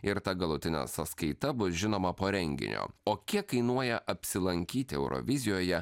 ir ta galutinė sąskaita bus žinoma po renginio o kiek kainuoja apsilankyti eurovizijoje